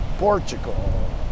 Portugal